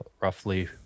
roughly